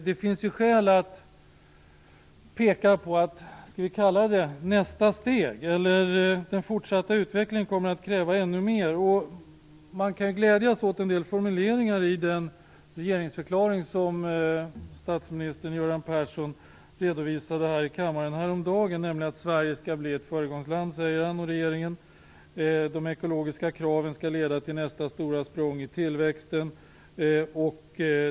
Det finns dock skäl att peka på att nästa steg, den fortsatta utvecklingen, kommer att kräva ännu mera. Man kan glädjas över en del formuleringar i den regeringsförklaring som statsminister Göran Persson häromdagen redovisade i denna kammare. Sverige skall bli ett föregångsland, säger Göran Persson och regeringen. De ekologiska kraven skall leda till nästa stora språng i tillväxten.